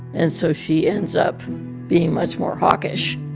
and so she ends up being much more hawkish,